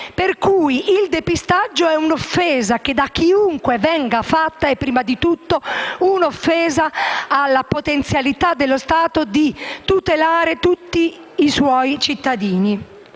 per cui il depistaggio è un'offesa che da chiunque venga fatta, è prima di tutto un'offesa alla potenzialità dello Stato di tutelare tutti i suoi cittadini.